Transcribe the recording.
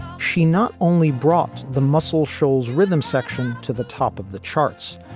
she not only brought the muscle shoals rhythm section to the top of the charts,